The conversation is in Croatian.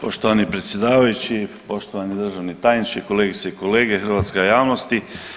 Poštovani predsjedavajući, poštovani državni tajniče, kolegice i kolege, hrvatska javnosti.